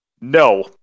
No